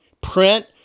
print